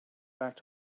back